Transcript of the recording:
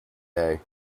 day